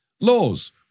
laws